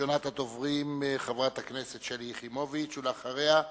ראשונת הדוברים, חברת הכנסת שלי יחימוביץ, ואחריה,